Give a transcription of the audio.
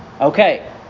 Okay